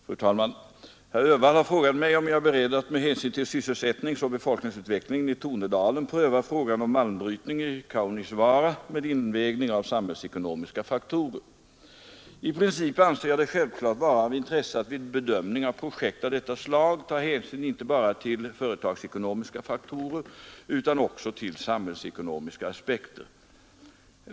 Fru talman! Herr Öhvall har frågat mig om jag är beredd att med hänsyn till sysselsättningsoch befolkningsutvecklingen i Tornedalen pröva frågan om malmbrytning i Kaunisvaara med invägning av samhällsekonomiska faktorer. I princip anser jag det självklart vara av intresse att vid bedömning av projekt av detta slag ta hänsyn inte bara till företagsekonomiska faktorer utan också till samhällsekonomiska aspekter.